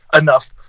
enough